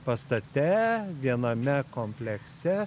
pastate viename komplekse